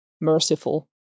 merciful